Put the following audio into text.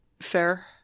Fair